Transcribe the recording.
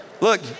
Look